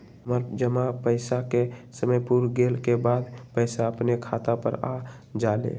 हमर जमा पैसा के समय पुर गेल के बाद पैसा अपने खाता पर आ जाले?